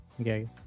Okay